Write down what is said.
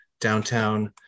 downtown